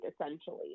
essentially